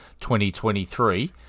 2023